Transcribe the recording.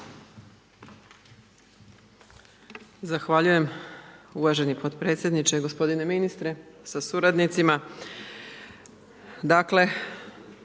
Zahvaljujem uvaženi potpredsjedniče. Gospodine ministre sa suradnicima.